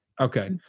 Okay